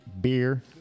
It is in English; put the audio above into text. Beer